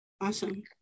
Awesome